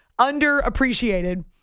underappreciated